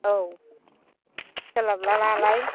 औ सोलाबा नालाय